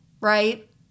right